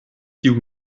tiu